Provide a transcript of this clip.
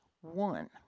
one